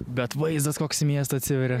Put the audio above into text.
bet vaizdas koks miesto atsiveria